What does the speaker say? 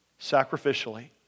sacrificially